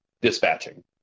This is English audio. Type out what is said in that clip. dispatching